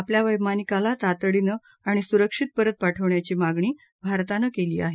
आपल्या वैमानिकाला तातडीनं आणि सुरक्षित परत पाठवण्याची मागणी भारतानं केली आहे